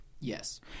Yes